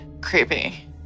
creepy